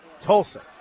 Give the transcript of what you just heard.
Tulsa